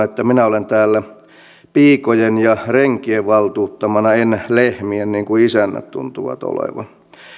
että minä olen täällä piikojen ja renkien valtuuttamana en lehmien niin kuin isännät tuntuvat olevan